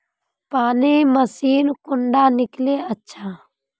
पानी मशीन कुंडा किनले अच्छा?